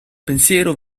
pensiero